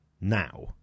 now